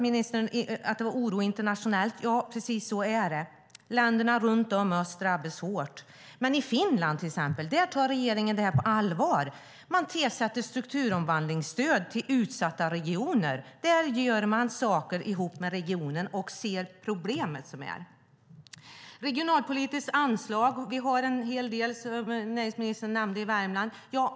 Ministern tog upp oron internationellt. Ja, precis så är det. Länderna runt om oss drabbas hårt. Men till exempel i Finland tar regeringen det här på allvar. Man tillsätter strukturomvandlingsstöd till utsatta regioner. Man gör saker ihop med regioner och ser de problem som finns. När det gäller regionalpolitiskt anslag har vi en hel del i Värmland, som ministern nämnde.